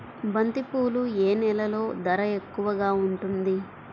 బంతిపూలు ఏ నెలలో ధర ఎక్కువగా ఉంటుంది?